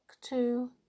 two